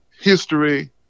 history